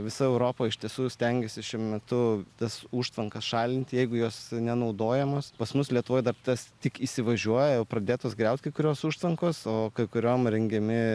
visa europa iš tiesų stengiasi šiuo metu tas užtvankas šalinti jeigu jos nenaudojamos pas mus lietuvoj dar tas tik įsivažiuoja jau pradėtos griaut kai kurios užtvankos o kai kuriom rengiami